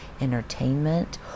entertainment